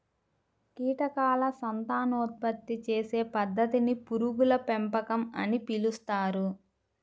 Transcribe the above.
కీటకాల సంతానోత్పత్తి చేసే పద్ధతిని పురుగుల పెంపకం అని పిలుస్తారు